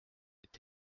est